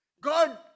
god